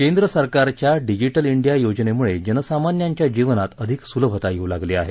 केंद्र सरकारच्या digital India योजनेमुळे जनसामान्यांच्या जीवनात अधिक सुलभता येऊ लागली आहे